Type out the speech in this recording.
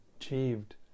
achieved